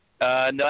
no